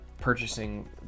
purchasing